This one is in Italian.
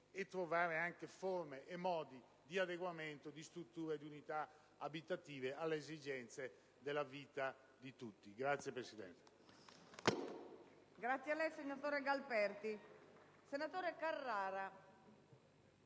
e trovare anche forme e modi di adeguamento di strutture e di unità abitative alle esigenze della vita di tutti. *(Applausi